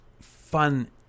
fun